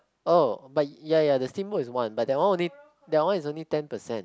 oh but ya ya the steamboat is one but that one only that one is only ten percent